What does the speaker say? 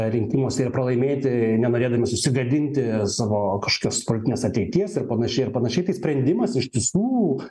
rinkimuose ir pralaimėti nenorėdami susigadinti savo kažkokios politinės ateities ir panašiai ir panašiai tai sprendimas iš tiesų